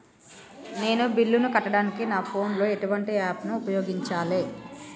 నేను బిల్లులను కట్టడానికి నా ఫోన్ లో ఎటువంటి యాప్ లను ఉపయోగించాలే?